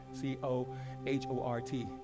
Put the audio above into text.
C-O-H-O-R-T